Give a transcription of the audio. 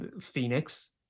Phoenix